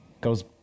goes